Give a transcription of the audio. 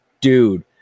dude